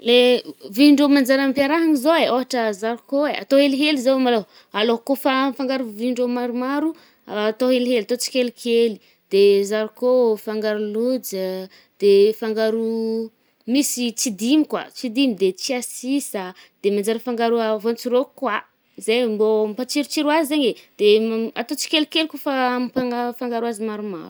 Le vin-drô manjary ampiarahagna zao eh, ôhatra zariko e, atao helihely zao malô, alô kô fa afaka afangaro vin-drô maromaro raha atô helihely, atô tsikelikely, de zariko fangaro loja, de fangaro oh, misy tsidigny koà, tsidigny de tsiasisa, de manjary afangaro voàn-tsirôko koà. Zay mbô ampatsirotsiro azy zaigny e, de atao tsikelikely ko fà ampa-afangaro azy maromaro.